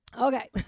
Okay